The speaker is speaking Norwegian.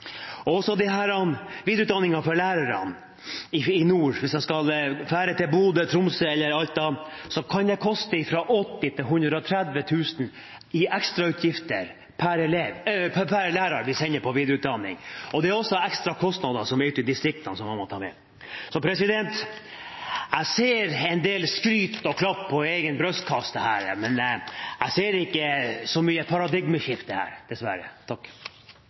er også ekstra kostnader som er ute i distriktene, som man må ta med. Jeg ser en del skryt og klapp på egen brystkasse her, men jeg ser ikke så mye til et paradigmeskifte, dessverre.